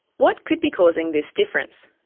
what could be causing this difference?